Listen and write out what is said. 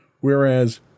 whereas